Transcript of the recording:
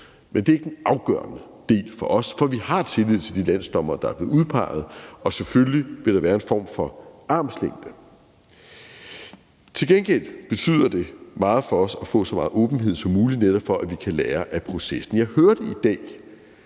men det er ikke den afgørende del for os, for vi har tillid til de landsdommere, der er blevet udpeget, og selvfølgelig vil der være en form for armslængde. Til gengæld betyder det meget for os at få så meget åbenhed som muligt, altså netop for at vi kan lære af processen. Jeg hørte i dag